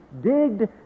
Digged